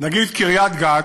נגיד קריית-גת,